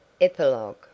Epilogue